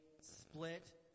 split